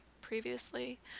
previously